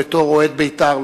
כאוהד "בית"ר",